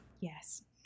yes